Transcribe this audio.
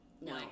No